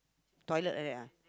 toilet like that ah